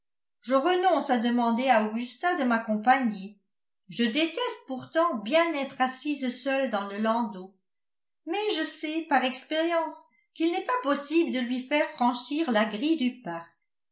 je renonce à demander à augusta de m'accompagner je déteste pourtant bien être assise seule dans le landau mais je sais par expérience qu'il n'est pas possible de lui faire franchir la grille du parc